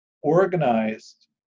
organized